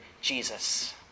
Jesus